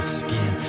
skin